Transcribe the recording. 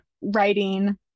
writing